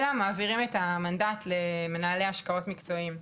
אלא מעבירים את המנדט למנהלי השקעות מקצועיים.